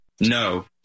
No